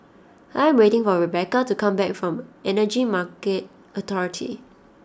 I am waiting for Rebeca to come back from Energy Market Authority